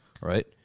right